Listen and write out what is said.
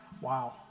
wow